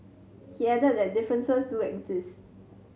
he added that differences do exist